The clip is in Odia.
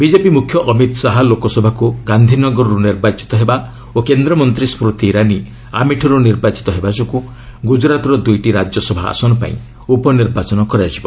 ବିଜେପି ମୁଖ୍ୟ ଅମିତ ଶାହା ଲୋକସଭାକୁ ଗାନ୍ଧିନଗରରୁ ନିର୍ବାଚିତ ହେବା ଓ କେନ୍ଦ୍ରମନ୍ତ୍ରୀ ସ୍କୁତି ଇରାନୀ ଆମେଠିରୁ ନିର୍ବାଚିତ ହେବା ଯୋଗୁଁ ଗୁଜରାତର ଦୁଇଟି ରାଜ୍ୟସଭା ଆସନ ପାଇଁ ଉପନିର୍ବାଚନ କରାଯିବ